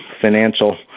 financial